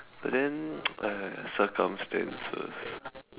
but then !aiya! circumstances